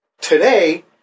Today